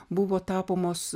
buvo tapomos